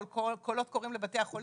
קולות קוראים לבתי החולים,